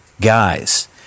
guys